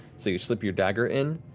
so you slip your dagger in,